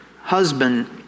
husband